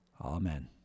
Amen